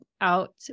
out